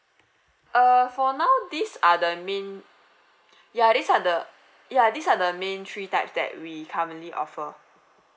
uh for now these are the main ya these are the ya these are the main three types that we currently offer